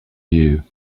you